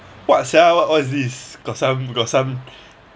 what sia what is this got some got some